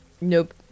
Nope